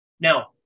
Now